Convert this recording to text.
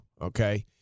Okay